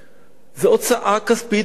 זאת הוצאה כספית גדולה.